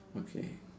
okay